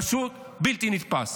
פשוט בלתי נתפס.